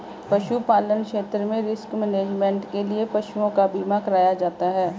पशुपालन क्षेत्र में रिस्क मैनेजमेंट के लिए पशुओं का बीमा कराया जाता है